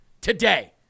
today